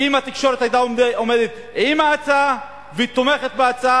כי אם התקשורת היתה עם ההצעה ותומכת בהצעה,